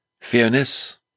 fairness